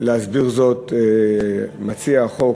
להסביר זאת מציע החוק,